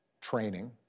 training